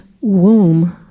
womb